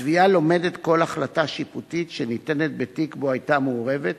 התביעה לומדת כל החלטה שיפוטית שניתנת בתיק שבו היתה מעורבת,